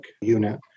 unit